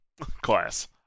Class